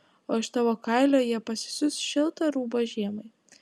o iš tavo kailio jie pasisiūs šiltą rūbą žiemai